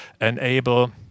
enable